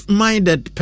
minded